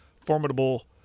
formidable